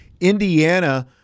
Indiana